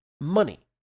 Money